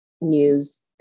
news